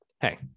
hey